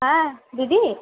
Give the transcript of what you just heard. হ্যাঁ দিদি